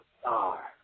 star